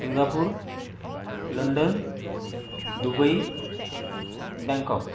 Singapore London Dubai Bangkok